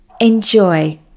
Enjoy